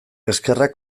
eskerrak